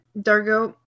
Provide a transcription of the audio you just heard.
Dargo